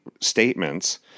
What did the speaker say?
statements